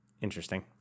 Interesting